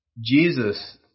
Jesus